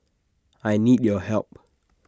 I need your help